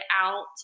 out